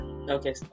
Okay